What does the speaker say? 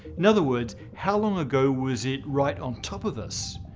in other words, how long ago was it right on top of us?